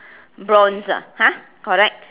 bronze ah !huh! correct